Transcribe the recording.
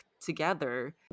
together